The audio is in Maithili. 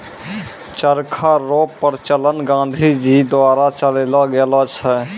चरखा रो प्रचलन गाँधी जी द्वारा चलैलो गेलो छै